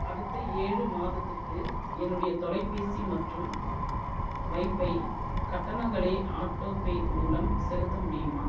அடுத்த ஏழு மாதத்திற்கு என்னுடைய தொலைபேசி மற்றும் வைபை கட்டணங்களை ஆட்டோபே மூலம் செலுத்த முடியுமா